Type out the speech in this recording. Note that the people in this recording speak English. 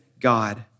God